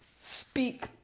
speak